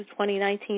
2019